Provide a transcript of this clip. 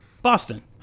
Boston